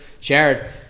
Jared